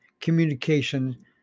communication